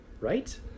Right